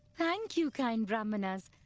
thank you, kind brahmanas.